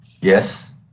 Yes